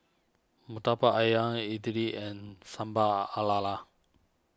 Murtabak Ayam Idly and Sambal Are Lala